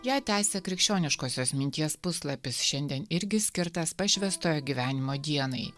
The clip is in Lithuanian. ją tęsia krikščioniškosios minties puslapis šiandien irgi skirtas pašvęstojo gyvenimo dienai